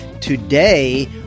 Today